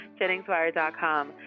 JenningsWire.com